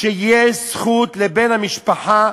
שיש זכות לבן המשפחה,